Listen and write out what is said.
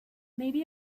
maybe